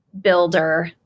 builder